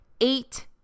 eight